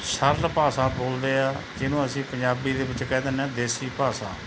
ਸਰਲ ਭਾਸ਼ਾ ਬੋਲਦੇ ਆ ਜਿਹਨੂੰ ਅਸੀਂ ਪੰਜਾਬੀ ਦੇ ਵਿੱਚ ਕਹਿ ਦਿੰਦੇ ਹਾਂ ਦੇਸੀ ਭਾਸ਼ਾ